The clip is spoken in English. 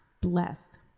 blessed